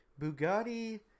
Bugatti